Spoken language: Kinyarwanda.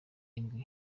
indwi